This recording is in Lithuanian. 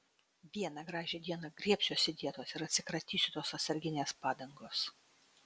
vieną gražią dieną griebsiuosi dietos ir atsikratysiu tos atsarginės padangos